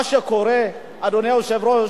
מה שקורה, אדוני היושב-ראש,